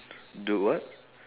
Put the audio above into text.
do what